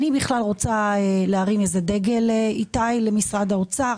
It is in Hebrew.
אני רוצה להרים דגל למשרד האוצר.